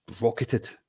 rocketed